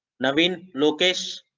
naveen lokesh